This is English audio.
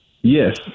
Yes